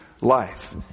life